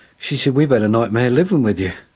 she said, we've had a nightmare living with you.